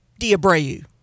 Diabreu